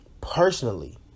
personally